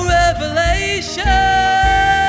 revelation